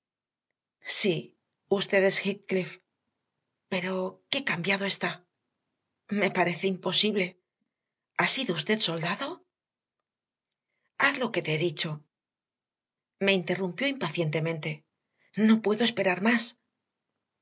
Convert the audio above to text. es heathcliff pero qué cambiado está me parece imposible ha sido usted soldado haz lo que te he dicho me interrumpió impacientemente no puedo esperar más